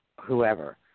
whoever